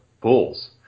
bulls